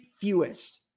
fewest